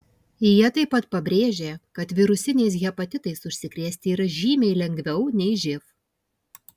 jie taip pat pabrėžė kad virusiniais hepatitais užsikrėsti yra žymiai lengviau nei živ